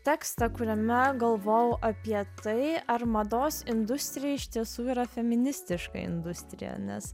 tekstą kuriame galvojau apie tai ar mados industrija iš tiesų yra feministiška industrija nes